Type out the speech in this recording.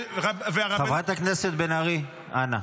--- חברת הכנסת בן ארי, אנא.